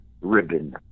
ribbon